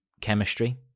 chemistry